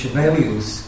values